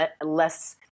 less